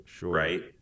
right